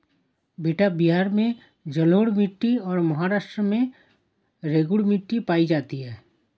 बेटा बिहार में जलोढ़ मिट्टी और महाराष्ट्र में रेगूर मिट्टी पाई जाती है